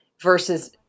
versus –